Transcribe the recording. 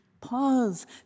pause